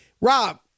Rob